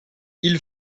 ille